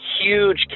huge